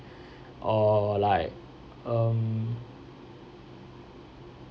or like um